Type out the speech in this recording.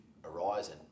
Horizon